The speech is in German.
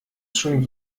schon